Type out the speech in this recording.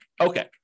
Okay